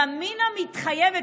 ימינה מתחייבת,